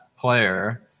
player